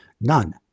None